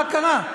מה קרה?